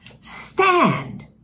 stand